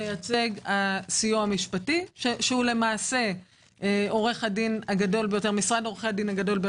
מייצג הסיוע המשפטי שהוא למעשה משרד עורכי הדין הגדול ביותר.